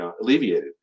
alleviated